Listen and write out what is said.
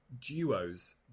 duos